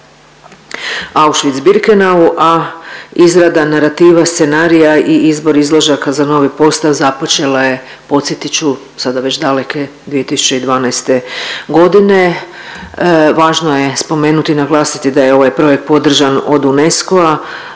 a izrada narativa, scenarija i izbor izložaka za novi postav započela je podsjetit ću sada već daleke 2012.g.. Važno je spomenuti i naglasiti da je ovaj projekt podržan od UNESCO-a,